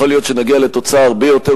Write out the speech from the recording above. יכול להיות שנגיע לתוצאה הרבה יותר